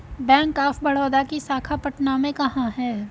Bank of Baroda की शाखा पटना में कहाँ है?